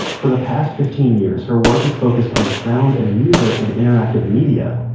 for the past fifteen years her work has focused on sound and music in interactive media,